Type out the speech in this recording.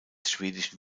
schwedischen